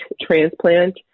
transplant